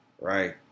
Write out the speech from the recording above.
right